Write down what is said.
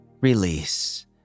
Release